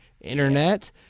internet